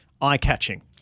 eye-catching